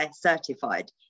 certified